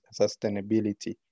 sustainability